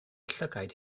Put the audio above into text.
llygaid